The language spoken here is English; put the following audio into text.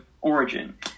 origin